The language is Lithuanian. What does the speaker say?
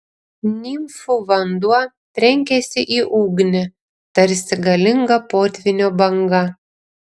nimfų vanduo trenkėsi į ugnį tarsi galinga potvynio banga